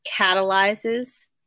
catalyzes